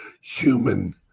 human